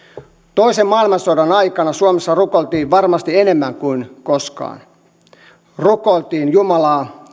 toisen maailmansodan aikana suomessa rukoiltiin varmasti enemmän kuin koskaan rukoiltiin jumalaa